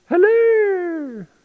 hello